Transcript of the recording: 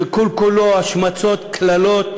שכל-כולו השמצות, קללות